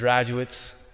Graduates